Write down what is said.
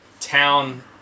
town